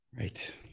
Right